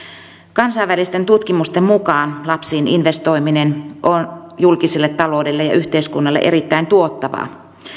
kansainvälisten tutkimusten mukaan lapsiin investoiminen on julkiselle taloudelle ja yhteiskunnalle erittäin tuottavaa